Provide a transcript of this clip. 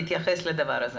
להתייחס לדבר הזה.